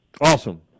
Awesome